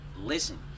listen